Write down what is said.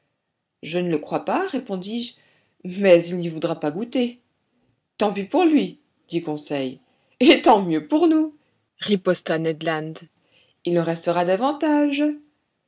je ne le crois pas répondis-je mais il n'y voudra pas goûter tant pis pour lui dit conseil et tant mieux pour nous riposta ned land il en restera davantage